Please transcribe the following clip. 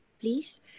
Please